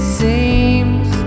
seems